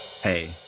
Hey